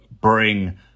bring